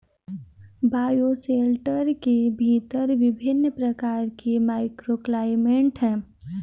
bioshelter के भीतर विभिन्न प्रकार के माइक्रोक्लाइमेट हैं